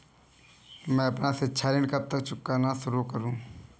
मैं अपना शिक्षा ऋण कब चुकाना शुरू करूँ?